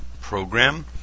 program